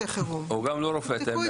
חוק חדש לפרמדיקים.